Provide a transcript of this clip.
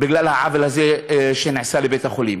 בגלל העוול הזה שנעשה לבית-החולים.